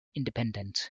independent